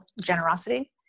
generosity